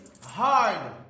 hard